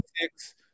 Six